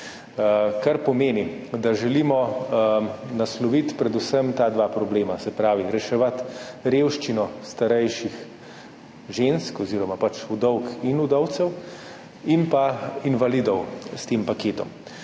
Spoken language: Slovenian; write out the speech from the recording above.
Kar pomeni, da želimo nasloviti predvsem ta dva problema, se pravi reševati revščino starejših žensk oziroma vdov in vdovcev ter invalidov s tem paketom.